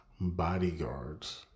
bodyguards